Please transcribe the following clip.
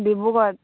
ডিব্ৰুগড়ত